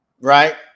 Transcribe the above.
right